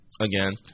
again